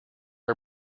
are